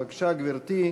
בבקשה, גברתי.